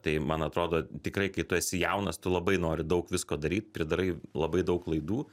tai man atrodo tikrai kai tu esi jaunas tu labai nori daug visko daryt pridarai labai daug klaidų